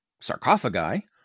sarcophagi